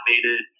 automated